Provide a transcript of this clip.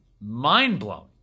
mind-blowing